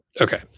Okay